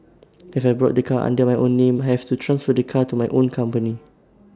if I bought the car under my own name have to transfer the car to my own company